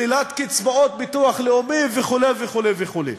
שלילת קצבאות ביטוח לאומי וכו' וכו' וכו'.